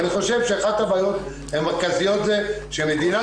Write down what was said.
אני חושב שאחת הבעיות המרכזיות זה שמדינת